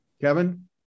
Kevin